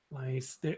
Nice